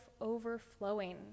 overflowing